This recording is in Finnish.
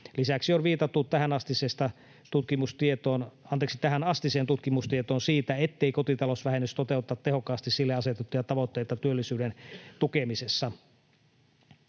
Lisäksi on viitattu tähänastiseen tutkimustietoon siitä, ettei kotitalousvähennys toteuta tehokkaasti sille asetettuja tavoitteita työllisyyden tukemisesta.